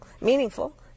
meaningful